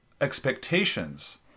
expectations